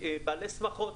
בעלי שמחות,